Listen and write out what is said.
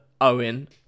Owen